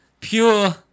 Pure